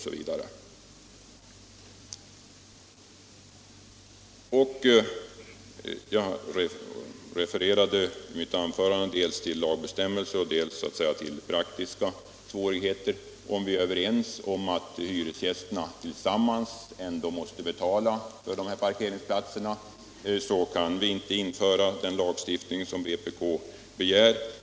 Jag refererade i mitt anförande till lagbestämmelserna och de praktiska i svårigheterna i detalj inom detta område. Är vi överens om att hyres — Koppling i hyresavgästerna tillsammans ändå måste betala för dessa parkeringsplatser, kan = tal av hyra av vi inte införa den lagstiftning som vpk begär.